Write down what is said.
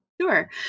Sure